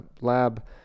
lab